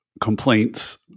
complaints